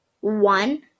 one